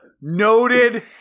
noted